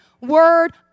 word